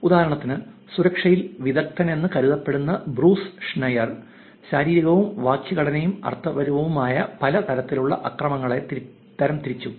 ഉദാഹരണത്തിന് സുരക്ഷയിൽ വിദഗ്ദ്ധനെന്ന് കരുതപ്പെടുന്ന ബ്രൂസ് ഷ്നേയർ ശാരീരികവും വാക്യഘടനയും അർത്ഥപരവുമായ പല തരത്തിലുള്ള ആക്രമണങ്ങളെ തരംതിരിച്ചു